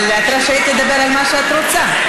אבל את רשאית לדבר על מה שאת רוצה.